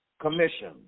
commission